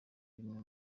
bimwe